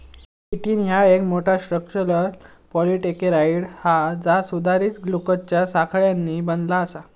chitin ह्या एक मोठा, स्ट्रक्चरल पॉलिसेकेराइड हा जा सुधारित ग्लुकोजच्या साखळ्यांनी बनला आसा